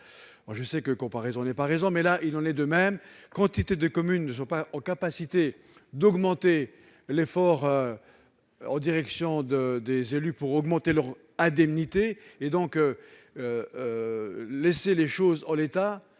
Je sais que comparaison n'est pas raison, mais, là, il en va de même. Quantité de communes n'ont pas les capacités d'augmenter l'effort en direction des élus pour relever leur indemnité. Laisser les choses en l'état